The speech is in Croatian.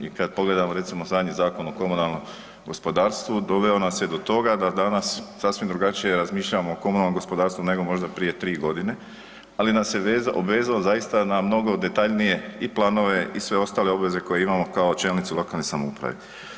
I kad pogledamo recimo zadnji Zakon o komunalnom gospodarstvu, doveo nas je do toga da danas sasvim drugačije razmišljamo o komunalnom gospodarstvu nego možda prije 3.g., ali nas je vezao, obvezao zaista na mnogo detaljnije i planove i sve ostale obveze koje imamo kao čelnici lokalne samouprave.